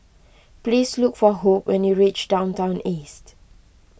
please look for Hope when you reach Downtown East